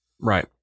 Right